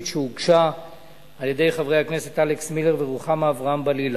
שהוגשה על-ידי חברי הכנסת אלכס מילר ורוחמה אברהם-בלילא.